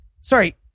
sorry